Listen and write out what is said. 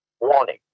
Warning